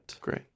Great